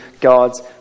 God's